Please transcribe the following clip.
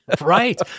Right